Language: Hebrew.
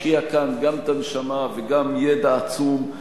השקיעה כאן גם את הנשמה וגם ידע עצום,